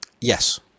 Yes